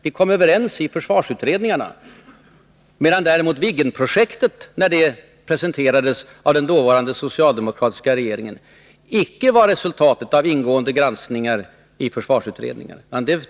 Viggenprojektet var däremot, när det presenterades av den dåvarande socialdemokratiska regeringen, inte något resultat av en ingående granskning i försvarsutredningar.